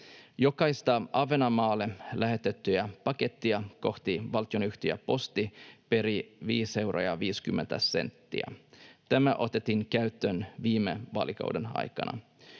Jokaista Ahvenanmaalle lähetettyä pakettia kohti valtionyhtiö Posti perii 5 euroa ja 50 senttiä. Tämä otettiin käyttöön viime vaalikauden aikana.